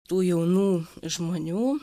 tų jaunų žmonių